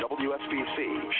WSBC